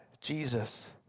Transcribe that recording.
Jesus